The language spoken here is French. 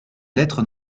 lettres